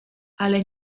ale